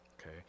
okay